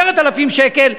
10,000 שקלים,